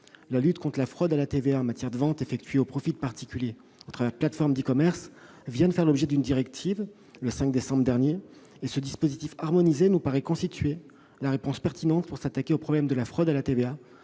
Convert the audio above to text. La lutte contre la fraude à la TVA en matière de ventes effectuées au profit de particuliers à travers la plateforme d'e-commerce vient de faire l'objet d'une directive, le 5 décembre dernier. Ce dispositif harmonisé nous paraît constituer la réponse pertinente pour s'attaquer au problème de la fraude à la TVA